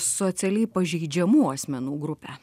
socialiai pažeidžiamų asmenų grupę